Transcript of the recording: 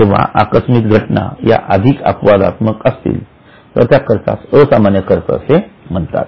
जेंव्हा आकस्मित घटना या अधिक अपवादात्मक असतील तर त्या खर्चास असामान्य खर्च असे म्हणतात